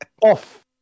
Off